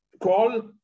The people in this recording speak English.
call